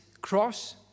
cross